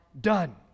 done